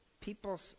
people